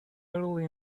early